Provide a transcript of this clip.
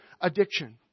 addiction